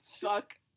Fuck